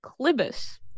Clibus